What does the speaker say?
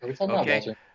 Okay